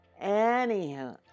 Anyhow